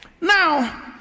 Now